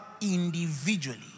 individually